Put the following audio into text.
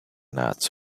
nuts